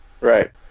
Right